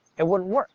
it wouldn't wouldn't